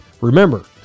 Remember